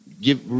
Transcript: give